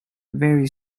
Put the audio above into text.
very